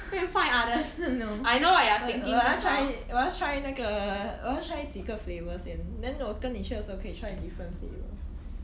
no but 我要 try 我要 try 那个我要 try 几个 flavour 先 then 我跟你去的时候可以 try different flavour